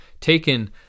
taken